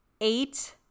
Eight